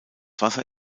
wasser